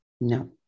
No